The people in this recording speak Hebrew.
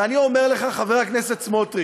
ואני אומר לך, חבר הכנסת סמוטריץ,